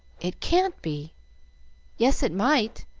it can't be yes, it might,